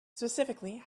specifically